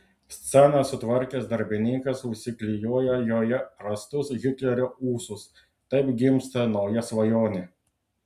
sceną sutvarkęs darbininkas užsiklijuoja joje rastus hitlerio ūsus taip gimsta nauja svajonė